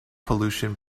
pollution